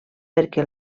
perquè